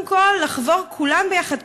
לחבור כולם ביחד,